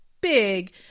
big